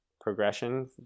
progression